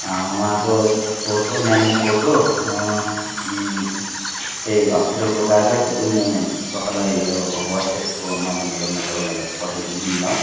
उहाँको फोटो नानीको फोटो त्यही हस्पिटलको कागजहरू म तपाईँलाई यो वाट्सएपको माध्यमबाट म तपाईँलाई पठाइदिन्छु नि ल